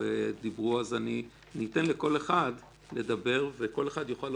האם נעשות בדיקות מספיקות שהקרקע --- מי יפקח?